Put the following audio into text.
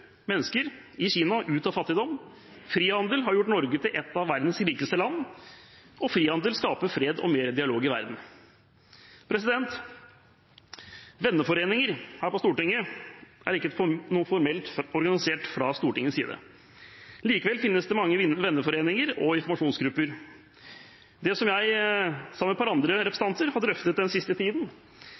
mennesker i Kina ut av fattigdom. Frihandel har gjort Norge til et av verdens rikeste land, og frihandel skaper fred og mer dialog i verden. Venneforeninger på Stortinget er ikke formelt organisert fra Stortingets side. Likevel finnes det mange venneforeninger og informasjonsgrupper. Det som jeg sammen med et par andre representanter har drøftet den siste tiden,